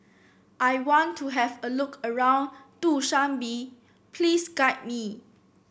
I want to have a look around Dushanbe please guide me